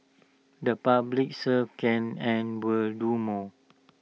the public serve can and will do more